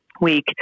week